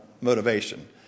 motivation